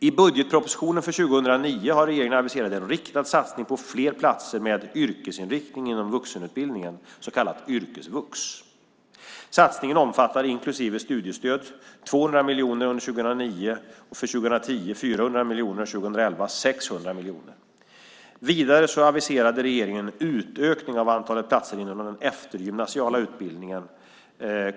I budgetpropositionen för 2009 har regeringen aviserat en riktad satsning på fler platser med yrkesinriktning inom vuxenutbildningen, så kallad yrkesvux. Satsningen omfattar, inklusive studiestöd, 200 miljoner kronor för 2009, 400 miljoner kronor för 2010 och 600 miljoner kronor för 2011. Vidare aviserade regeringen en utökning av antalet platser inom den eftergymnasiala yrkesutbildningen.